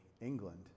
England